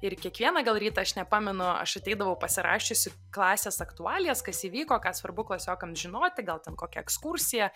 ir kiekvieną gal rytą aš nepamenu aš ateidavau pasirašiusi klasės aktualijas kas įvyko ką svarbu klasiokams žinoti gal ten kokia ekskursija